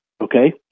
okay